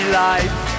life